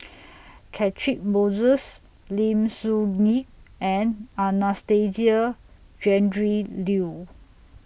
Catchick Moses Lim Soo Ngee and Anastasia Tjendri Liew